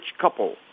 couple